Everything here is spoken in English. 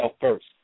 first